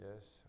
yes